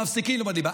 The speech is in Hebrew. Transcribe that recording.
מפסיקים ללמוד ליבה,